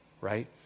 right